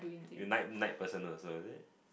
you night night person also is it